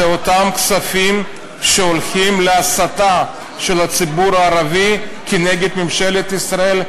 זה אותם כספים שהולכים להסתה של הציבור הערבי כנגד ממשלת ישראל,